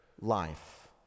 life